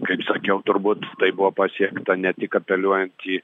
kaip sakiau turbūt tai buvo pasiekta ne tik apeliuojant į